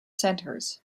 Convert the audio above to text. centers